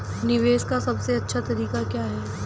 निवेश का सबसे अच्छा तरीका क्या है?